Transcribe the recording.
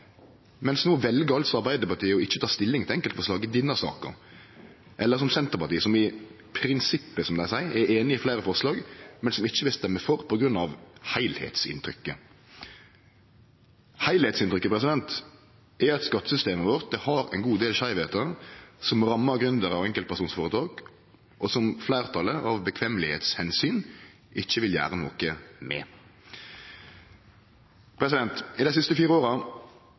men no vel altså Arbeidarpartiet ikkje å ta stilling til enkeltforslag i denne saka. Senterpartiet er i prinsippet, som dei seier, einig i fleire forslag, men vil ikkje stemme for grunna heilskapsinntrykket. Heilskapsinntrykket er at skattesystemet vårt har ein god del skeivheitar som rammar gründerar og enkeltpersonføretak, og som fleirtalet, av omsyn til kva som er lagleg, ikkje vil gjere noko med. Dei siste fire åra